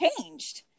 changed